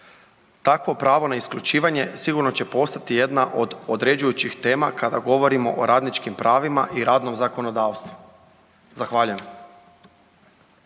Takvo pravo na isključivanje sigurno će postati jedna od određujućih tema kada govorimo o radničkim pravima i radnom zakonodavstvu. Zahvaljujem.